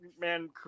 Man